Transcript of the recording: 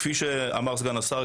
כפי שאמר סגן השר,